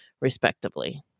respectively